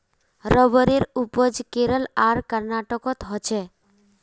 रबरेर उपज केरल आर कर्नाटकोत होछे